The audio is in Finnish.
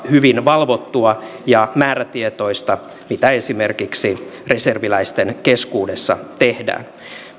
hyvin valvottua ja määrätietoista mitä esimerkiksi reserviläisten keskuudessa tehdään